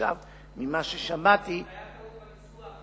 ועכשיו ממה ששמעתי, זה נכון, היתה טעות בניסוח.